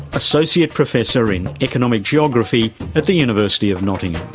associate professor in economic geography at the university of nottingham.